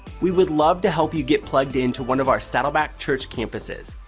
we would love to help you get plugged in to one of our saddleback church campuses.